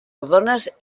rodones